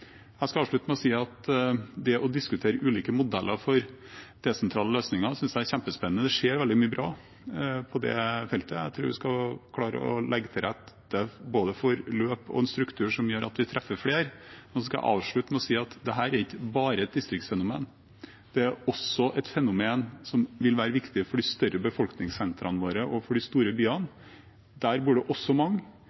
Det å diskutere ulike modeller for desentrale løsninger synes jeg er kjempespennende. Det skjer veldig mye bra på det feltet. Jeg tror vi skal klare å legge til rette for både løp og en struktur som gjør at vi treffer flere. Jeg skal avslutte med å si at dette ikke bare er et distriktsfenomen. Det er også et fenomen som vil være viktig for de større befolkningssentrene våre og for de store byene.